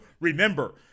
Remember